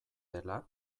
dela